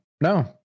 No